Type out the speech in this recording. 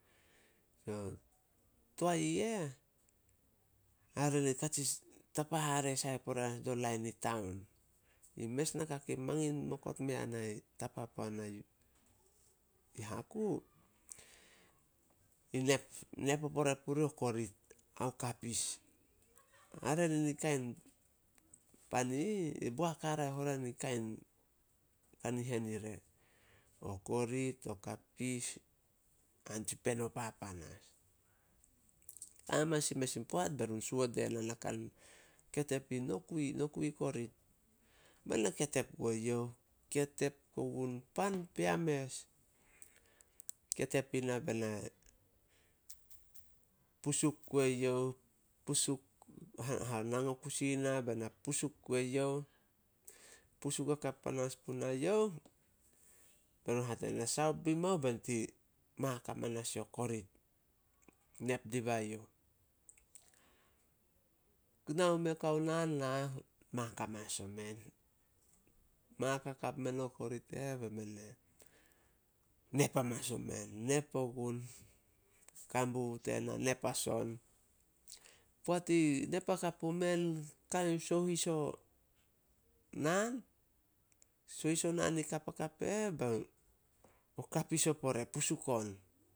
So, toae i eh, hare ne kate tapa hare sai dio lain i taon. In mes naka kei mangin okot mea na tapa puana i Haku, i nep- nep o pore purih o korit ao kapis. Hare ne ni kain pan i ih, boak haraeh oria ni kain kanihen ire. O korit, o kapis anitsi peno papan as. Ka hamanas in mes in poat, berun suot diena na kan ketep in nokui- nokui korit. Bae na ketep gue youh. Ketep ogun, pan pea mes. Ketep ina bena pusuk gue youh, pusuk hanang o kusi na bena pusuk gue youh. Pusuk hakap panas punae youh, berun hate diena, "Na saop bi mao benit mu mak hamanas yo korit. Nep dibae youh." Nao meh kao naan mak hamanas omen. Mak hakap men o korit e eh, bemen e nep hamanas omen, nep ogun, kan bubu tena nep as on. Poat i nep hakap pumen, ka sohis o naan, sohis o naan i kapakap e eh, bao kapis o pore pusuk on.